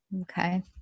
Okay